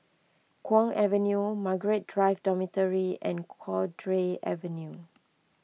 Kwong Avenue Margaret Drive Dormitory and Cowdray Avenue